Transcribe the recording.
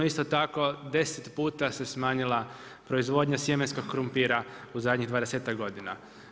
Isto tako, deset puta se smanjila proizvodnja sjemenskog krumpira u zadnjih dvadesetak godina.